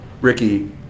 Ricky